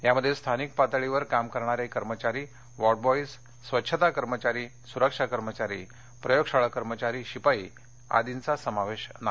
यामध्ये स्थानिक पातळीवर काम करणारे कर्मचारी वॉर्डबॉईज स्वच्छता कर्मचारी सुरक्षा कर्मचारी प्रयोगशाळा कर्मचारी शिपाई आर्दीचा समावेश नाही